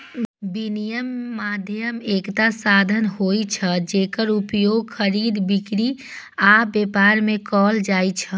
विनिमय माध्यम एकटा साधन होइ छै, जेकर उपयोग खरीद, बिक्री आ व्यापार मे कैल जाइ छै